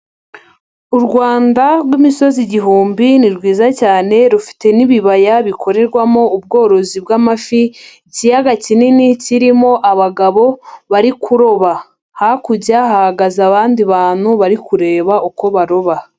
U Rwanda rw'imisozi igihumbi ni rwiza cyane, rufite n'ibibaya bikorerwamo ubworozi bw'amafi, ikiyaga kinini kirimo abagabo bari kuroba. Hakurya hahagaze abandi bantu bari kureba uko baroba.